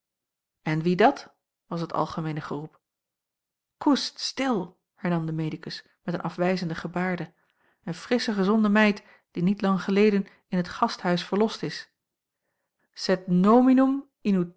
en wie dat was het algemeene geroep koescht stil hernam de medicus met een afwijzende gebaarde een frissche gezonde meid die niet lang geleden in t gasthuis verlost is sed